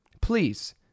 Please